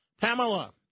Pamela